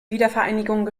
wiedervereinigung